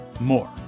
more